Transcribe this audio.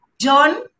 John